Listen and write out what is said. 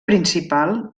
principal